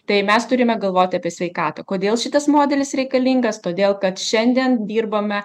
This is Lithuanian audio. tai mes turime galvoti apie sveikatą kodėl šitas modelis reikalingas todėl kad šiandien dirbame